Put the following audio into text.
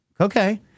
Okay